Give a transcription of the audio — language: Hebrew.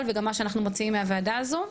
וגם מה שאנחנו מוציאים מהוועדה הזו,